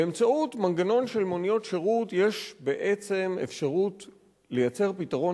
באמצעות מנגנון של מוניות שירות יש בעצם אפשרות לייצר פתרון